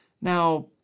Now